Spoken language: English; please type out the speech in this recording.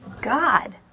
God